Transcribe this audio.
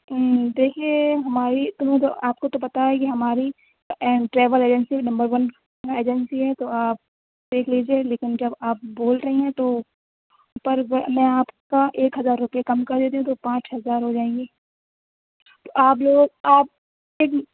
دیکھیے ہماری تمہیں تو آپ کو تو پتہ ہی ہے کہ ہماری travel agency number one agency ہے تو آپ دیکھ لیجیے لیکن جب آپ بول رہے ہیں تو پر میں آپ کا ایک ہزار روپے کم کر دیتی ہوں تو پانچ ہزار ہو جائیں گے تو آپ لوگ آپ ایک